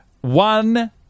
one